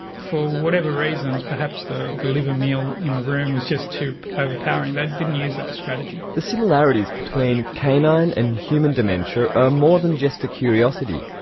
for whatever reasons, perhaps the the liver meal in the room was just too overpowering, they didn't use that strategy. the similarities between canine and human dementia are more than just a curiosity.